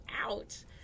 out